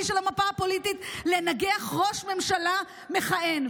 של המפה הפוליטית לנגח ראש ממשלה מכהן.